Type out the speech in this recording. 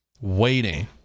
waiting